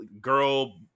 girl